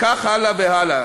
כך הלאה והלאה.